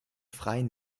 freien